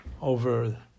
over